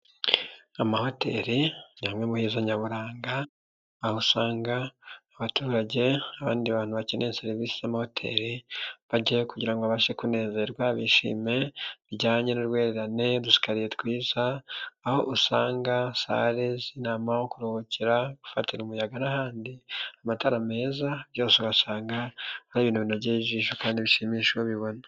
Amahoteli ni hamwe muheza nyaburanga aho usanga abaturage n'abandi bantu bakeneye serivisi z'amahoteli bajya kugira ngo babashe kunezerwa bishime bijyanye n'urwererane, udusikariye twiza, aho usanga sale z'inama aho kuruhukira, gufatira umuyaga n'ahandi, amatara meza byose urasanga ari ibintu binonogeye ijisho kandi bishimisha ubibona.